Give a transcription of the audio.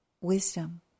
wisdom